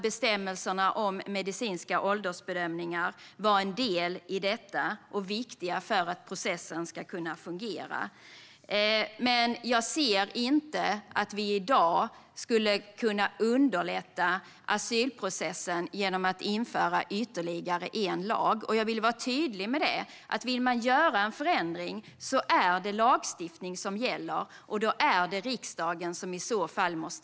Bestämmelserna om medicinska åldersbedömningar var en del i detta. De var viktiga för att processen ska kunna fungera. Men jag ser inte att vi i dag skulle kunna underlätta asylprocessen genom att införa ytterligare en lag. Om man vill göra en förändring vill jag vara tydlig med att det är lagstiftning som gäller, och då är det riksdagen som måste fatta beslut.